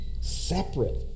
separate